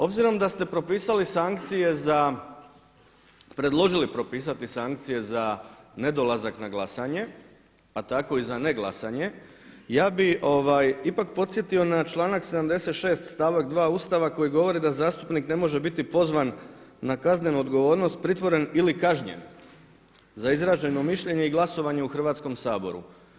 Obzirom da ste propisali sankcije za, predložili propisati sankcije za nedolazak na glasanje pa tako i za ne glasanje ja bih ipak podsjetio na članak 76. stavak 2. Ustava koji govori da zastupnik ne može biti pozvan na kaznenu odgovornost, pritvoren ili kažnjen za izraženo mišljenje i glasovanje u Hrvatskom saboru.